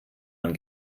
man